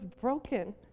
broken